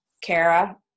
Kara